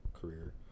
career